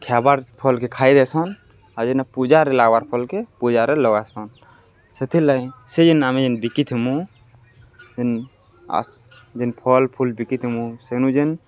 ଖିବାର୍ ଫଲକେ ଖାଇ ଦେସନ୍ ଆଉ ଯେନ୍ଠେ ପୂଜାରେ ଲବାର ଫଲକେ ପୂଜାରେ ଲଗାସନ୍ ସେଥିର୍ଗ ସେ ଯେନ୍ ଆମେ ଯେନ୍ ବିକିଥମୁ ଯେନ୍ ଆ ଯେନ୍ ଫଲ ଫୁଲ୍ ବିକିଥିଥମୁ ସେନୁ ଯେନ୍